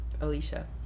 Alicia